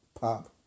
pop